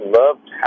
loved